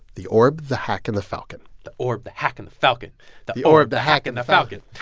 the orb, the hack and the falcon the orb, the hack and the falcon the the orb, the hack and the falcon